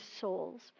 souls